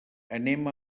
anem